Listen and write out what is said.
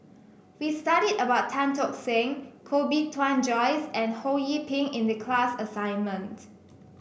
we studied about Tan Tock Seng Koh Bee Tuan Joyce and Ho Yee Ping in the class assignment